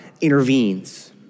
intervenes